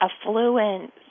affluent